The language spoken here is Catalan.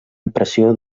impressió